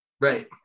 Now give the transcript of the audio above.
right